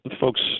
folks